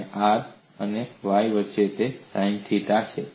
r અને Y વચ્ચે તે સાઈન થીટા છે